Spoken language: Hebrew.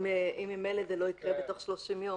אם ממילא זה לא יקרה בתוך 30 יום,